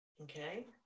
Okay